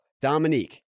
Dominique